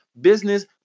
business